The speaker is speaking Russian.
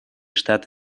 штаты